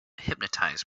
hypnotized